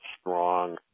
strong